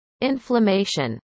inflammation